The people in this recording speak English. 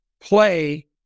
play